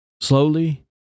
Slowly